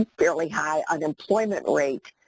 um really high unemployment rate.